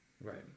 Right